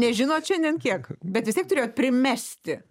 nežinot šiandien kiek bet vis tiek turėjot primesti